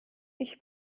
ich